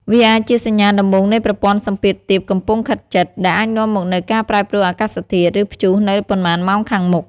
វាអាចជាសញ្ញាដំបូងនៃប្រព័ន្ធសម្ពាធទាបកំពុងខិតជិត ដែលអាចនាំមកនូវការប្រែប្រួលអាកាសធាតុ ឬព្យុះនៅប៉ុន្មានម៉ោងខាងមុខ។